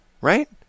right